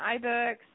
iBooks